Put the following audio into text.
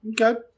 Okay